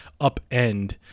upend